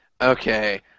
Okay